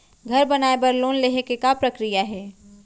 घर बनाये बर लोन लेहे के का प्रक्रिया हे?